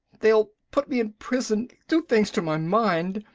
they'll put me in prison, do things to my mind!